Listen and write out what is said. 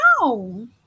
No